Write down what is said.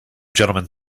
gentlemen